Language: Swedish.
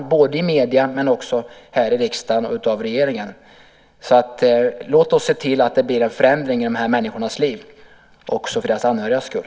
Det gäller både i medierna och också i riksdagen och regeringen. Låt oss se till att det blir en förändring i dessa människors liv, också för deras anhörigas skull.